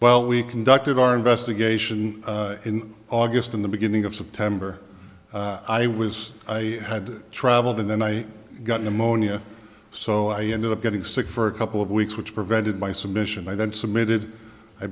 well we conducted our investigation in august in the beginning of september i was i had traveled and then i got pneumonia so i ended up getting sick for a couple of weeks which prevented my submission i then submitted i